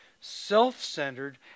self-centered